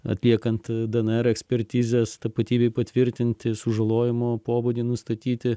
atliekant dnr ekspertizes tapatybei patvirtinti sužalojimo pobūdį nustatyti